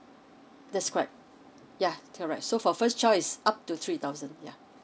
that's right yeah correct so for first child is up to three thousand yeah